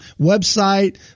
website